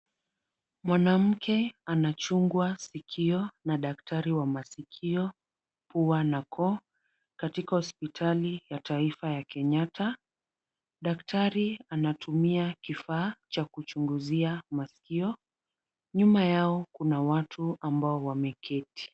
Mwanamke anachungwa sikio na daktari wa masikio, pua na koo, katika hospitali ya taifa ya Kenyatta, daktari anatumia kifaa cha kuchunguzia masikio, nyuma yao kuna watu ambao wameketi.